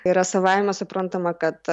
yra savaime suprantama kad